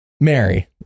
Mary